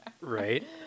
Right